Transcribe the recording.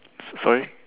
s~ sorry